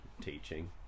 teaching